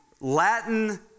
Latin